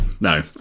No